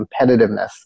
competitiveness